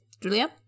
Julia